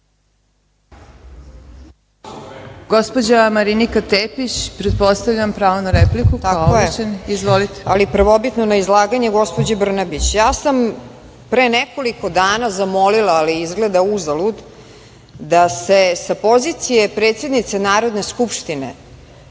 gospođa Marinika Tepić. Pretpostavljam pravo na repliku? **Marinika Tepić** Tako je, ali prvobitno na izlaganje gospođe Brnabić. Ja sam pre nekoliko dana zamolila, ali izgleda uzalud da se sa pozicije predsednice Narodne skupštine